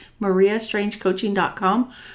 mariastrangecoaching.com